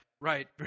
Right